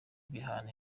bihana